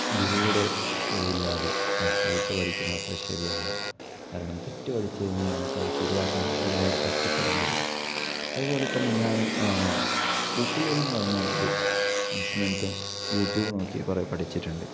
ഗുരുവിന്റെ ഇതില്ലാതെ ഫ്ലുട്ട് പഠിക്കുന്നത് അത്ര ശരിയല്ല കാരണം തെറ്റു പഠിച്ചു കഴിഞ്ഞാൽ നമുക്കത് ശെരിയാക്കാന് ഒരുപാട് കഷ്ടപ്പെടേണ്ടി വരും അതുപോലെതന്നെ ഞാന് ഉക്കുലേലെന്നു പറഞ്ഞ ഒരു ഇന്സ്ട്രമെന്റ്റും യൂട്യൂബ് നോക്കി കുറെ പഠിച്ചിട്ടുണ്ട്